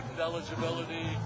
eligibility